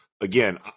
Again